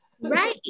Right